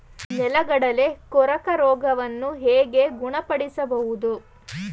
ನೆಲಗಡಲೆ ಕೊರಕ ರೋಗವನ್ನು ಹೇಗೆ ಗುಣಪಡಿಸಬಹುದು?